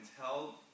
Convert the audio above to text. tell